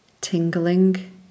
tingling